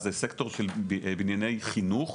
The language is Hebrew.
וזה סקטור של בנייני חינוך.